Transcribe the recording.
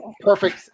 perfect